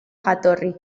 jatorri